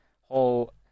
whole